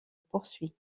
poursuit